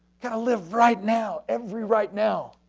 kind of live right now, every right now.